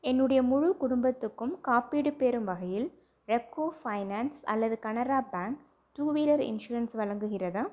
என்னுடைய முழு குடும்பத்துக்கும் காப்பீடு பெறும் வகையில் ரெப்கோ ஃபைனான்ஸ் அல்லது கனரா பேங்க் டூவீலர் இன்ஷுரன்ஸ் வழங்குகிறதா